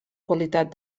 qualitat